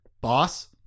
boss